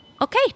Okay